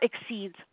exceeds